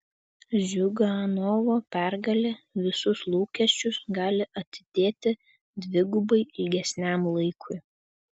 ziuganovo pergalė visus lūkesčius gali atidėti dvigubai ilgesniam laikui